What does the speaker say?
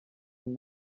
and